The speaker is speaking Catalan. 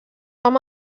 amb